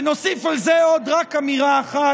ונוסיף על זה רק עוד אמירה אחת,